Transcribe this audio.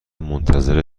منتظر